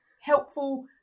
helpful